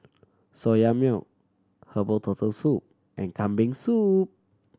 Soya Milk herbal Turtle Soup and Kambing Soup